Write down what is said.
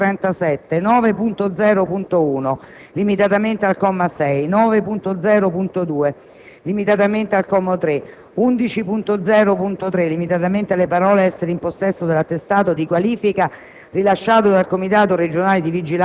2.33, 2.37, 9.0.1 (limitatamente al comma 6), 9.0.2 (limitatamente al comma 3), 11.0.3 (limitatamente alle parole: "essere in possesso dell'attestato di qualifica